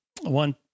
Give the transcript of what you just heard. one